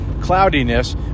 cloudiness